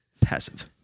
Passive